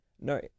No